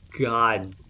God